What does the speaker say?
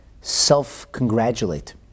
self-congratulate